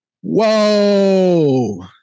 Whoa